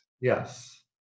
Yes